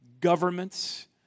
governments